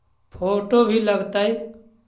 Photo भी लग तै?